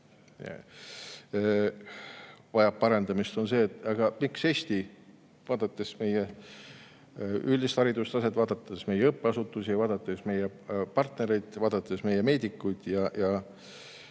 vajab parendamist, on see, et aga miks Eesti … Vaadates meie üldist haridustaset, vaadates meie õppeasutusi, vaadates meie partnereid, vaadates meie meedikuid ja